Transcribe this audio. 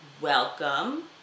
welcome